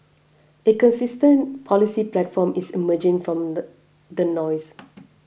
a consistent policy platform is emerging from the the noise